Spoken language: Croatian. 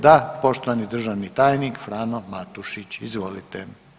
Da, poštovani državni tajnik Frano Matušić, izvolite.